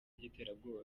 by’iterabwoba